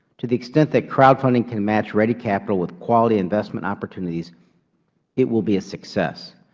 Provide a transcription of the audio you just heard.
to the extent that crowdfunding can match ready capital with quality investment opportunities it will be a success.